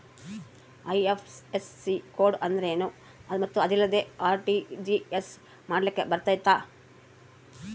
IFSC code ಅಂದ್ರೇನು ಮತ್ತು ಅದಿಲ್ಲದೆ ಆರ್.ಟಿ.ಜಿ.ಎಸ್ ಮಾಡ್ಲಿಕ್ಕೆ ಬರ್ತೈತಾ?